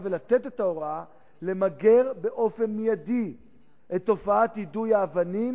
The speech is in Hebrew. ולתת את ההוראה למגר באופן מיידי את תופעת יידוי האבנים,